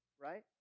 right